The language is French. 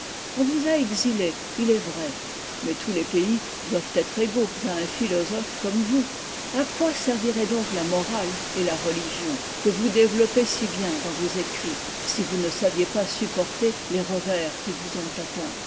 on vous a exilé il est vrai mais tous les pays doivent être égaux à un philosophe comme ii vous et à quoi serviraient donc la morale et la religion que vous développez si bien dans vos écrits si vous ne saviez pas supporter les revers qui vous ont atteint